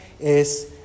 es